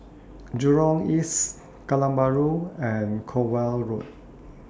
Jurong East Kallang Bahru and Cornwall Road